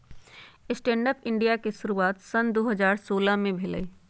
stand up India के शुरुआत सन दू हज़ार सोलह में भेलइ